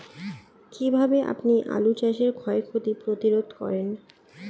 কীভাবে আপনি আলু চাষের ক্ষয় ক্ষতি প্রতিরোধ করেন?